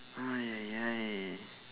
ha !yay! ya !yay!